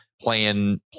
playing